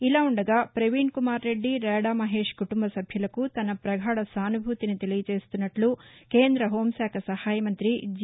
ఇలాఉండగా ప్రవీణ్కుమార్ రెడ్డి ర్యాడా మహేష్ కుటుంబసభ్యులకు తన పగాఢ సానుభూతిని తెలియజేస్తున్నట్ల కేంద్ర హోంశాఖ సహాయ మంత్రి జి